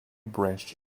branched